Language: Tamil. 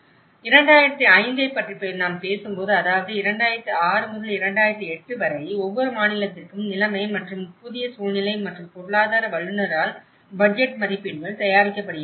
2005 ஐப் பற்றி நாம் பேசும்போது அதாவது 2006 முதல் 2008 வரை ஒவ்வொரு மாநிலத்திற்கும் நிலைமை மற்றும் புதிய சூழ்நிலை மற்றும் பொருளாதார வல்லுநரால் பட்ஜெட் மதிப்பீடுகள் தயாரிக்கப்படுகின்றன